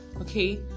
Okay